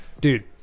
dude